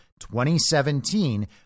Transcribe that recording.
2017